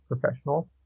professional